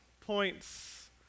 points